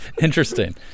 Interesting